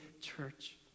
church